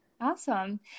Awesome